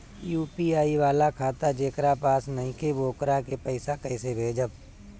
UPI वाला खाता जेकरा पास नईखे वोकरा के पईसा कैसे भेजब?